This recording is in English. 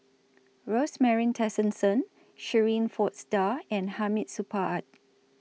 Rosemary Tessensohn Shirin Fozdar and Hamid Supaat